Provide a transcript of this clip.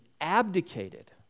abdicated